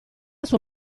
suo